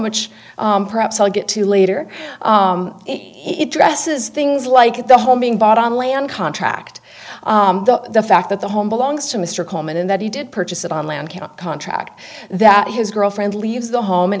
which perhaps i'll get to later it dresses things like the home being bought on land contract the fact that the home belongs to mr coleman and that he did purchase it on land can't contract that his girlfriend leaves the home and